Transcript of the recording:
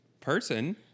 person